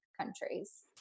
countries